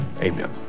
Amen